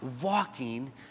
walking